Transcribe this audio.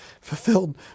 fulfilled